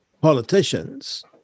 politicians